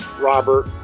Robert